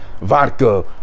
vodka